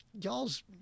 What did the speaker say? y'all's